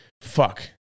fuck